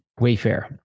wayfair